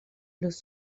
los